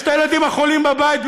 יש את הילדים החולים בבית.